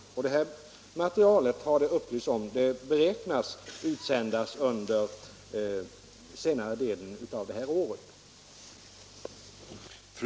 vätskor Det har upplysts att detta material beräknas bli utsänt under senare delen av innevarande år.